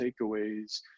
takeaways